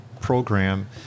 program